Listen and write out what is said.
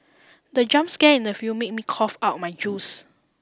the jump scare in the film made me cough out my juice